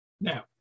Now